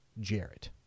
Jarrett